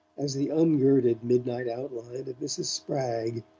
as the ungirded midnight outline of mrs. spragg.